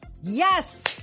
Yes